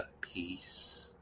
Peace